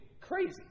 crazy